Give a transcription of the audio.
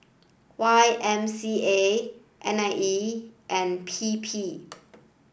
Y M C A N I E and P P